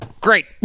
great